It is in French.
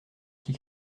qui